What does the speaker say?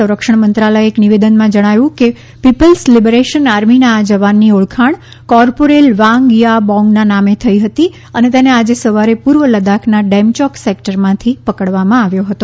સંરક્ષણ મંત્રાલયે એક નિવેદનમાં કહ્યું કે પીપલ્સ લિબરેશન આર્મીના આ જવાનની ઓળખાણ કોરપોરેલ વાંગ થા બોંગના નામે થઈ હતી અને તેને આજે સવારે પૂર્વ લદ્દાખના ડેમચોક સેક્ટરમાંથી પકડવામાં આવ્યો હતો